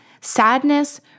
sadness